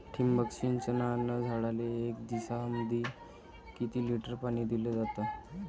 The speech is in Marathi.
ठिबक सिंचनानं झाडाले एक दिवसामंदी किती लिटर पाणी दिलं जातं?